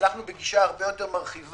אנחנו בגישה הרבה יותר מרחיבה.